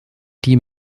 die